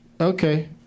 Okay